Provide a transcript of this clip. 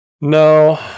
no